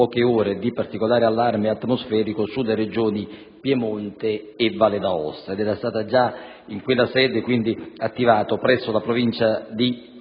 Grazie,